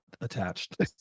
attached